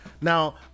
now